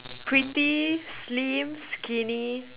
pretty slim skinny